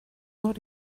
not